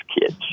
kids